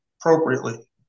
appropriately